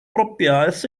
propiedades